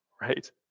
Right